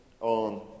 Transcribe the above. on